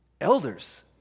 elders